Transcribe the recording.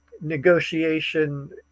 negotiation